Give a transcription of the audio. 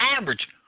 average